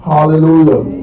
Hallelujah